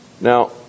Now